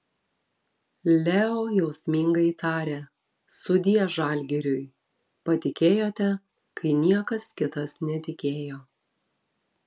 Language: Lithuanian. leo jausmingai tarė sudie žalgiriui patikėjote kai niekas kitas netikėjo